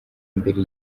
mbere